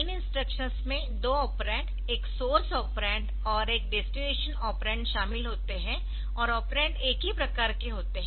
इन instructions में दो operand एक सोर्स ऑपरेंड और एक डेस्टिनेशन ऑपरेंड शामिल होते है और ऑपरेंड एक ही आकार के होते है